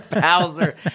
Bowser